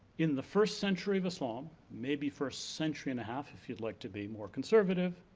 in the first century of islam, maybe first century and half if you'd like to be more conservative,